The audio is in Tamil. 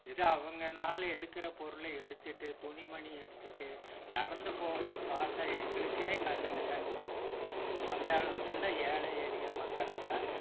ஏதோ அவங்கனால எடுக்கிற பொருளை எடுத்துட்டு துணிமணி எடுத்துட்டு நடந்து போகுறத பார்த்தா எங்களுக்கே கண்ணில் தண்ணி வந்ததுங்க அந்த அளவுக்கெல்லாம் ஏழை எளிய மக்களெல்லாம்